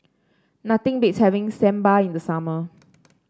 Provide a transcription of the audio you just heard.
nothing beats having Sambar in the summer